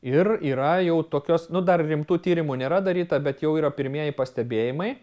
ir yra jau tokios nu dar rimtų tyrimų nėra daryta bet jau yra pirmieji pastebėjimai